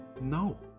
No